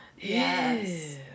Yes